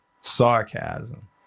sarcasm